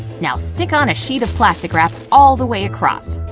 now stick on a sheet of plastic wrap all the way across.